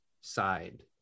side